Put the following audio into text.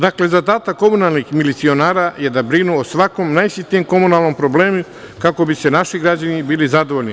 Dakle, zadatak komunalnih milicionara je da brinu o svakom najsitnijem komunalnom problemu kako bi naši građani bili zadovoljni.